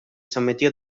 sometió